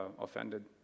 offended